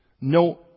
no